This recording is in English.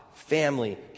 family